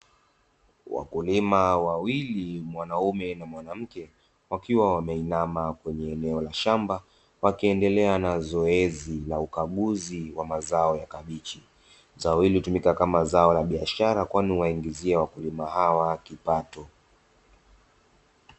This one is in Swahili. Wakulima wawili mwanaume na mwanamke, wakiwa wameinama kwenye eneo la shamba wakiendelea na zoezi la ukaguzi wa mazao ya kabichi, zao hili hutumika kama zao la biashara kwani huwaingizia wakulima hawa kipato.